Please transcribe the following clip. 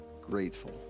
grateful